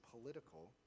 political